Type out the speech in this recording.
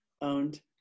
owned